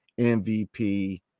MVP